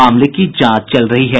मामले की जांच चल रही है